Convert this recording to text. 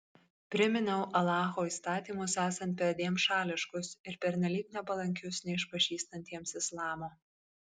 priminiau alacho įstatymus esant perdėm šališkus ir pernelyg nepalankius neišpažįstantiems islamo